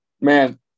man